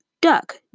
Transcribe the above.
duck